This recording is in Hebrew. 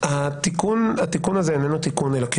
התיקון הזה איננו תיקון אלא קלקול,